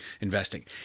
Investing